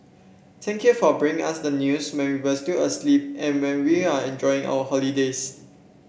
thank you for bringing us the news when we are still asleep and when we are enjoying our holidays